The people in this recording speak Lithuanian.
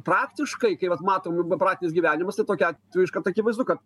praktiškai kai vat matom praktinis gyvenimas tai tokiu atveju iškart akivaizdu kad